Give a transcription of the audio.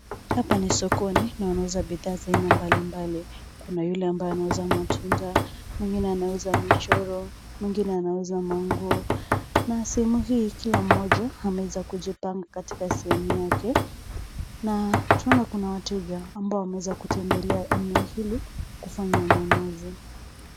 Hapa ni sokoni na wanauza bidhaa aina mbali mbali. Kuna yule ambaye anauza matunda mwingine anauza michoro, mwingine anauza manguo na sehemu hii kila moja anaeza kujipanga katika sehemu yake na tunaona kuna wateja ambapo ameweza kutembelea eneo hili kufanya ununuzi.